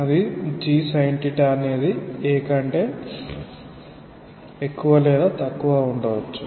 అదిg sin𝛼అనేది a కంటే ఎక్కువ లేదా తక్కువ ఉండవచ్చు